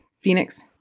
phoenix